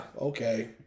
okay